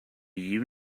you